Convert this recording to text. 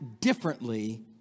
differently